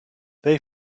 they